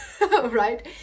right